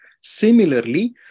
Similarly